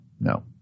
No